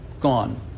gone